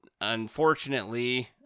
unfortunately